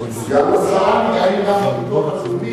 הוא שאל אם גם בביטוח הלאומי